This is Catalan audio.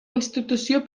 institució